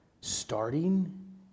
starting